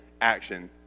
action